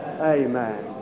Amen